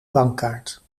bankkaart